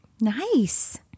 Nice